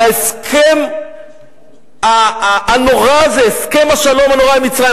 על ההסכם הנורא הזה, הסכם השלום הנורא עם מצרים.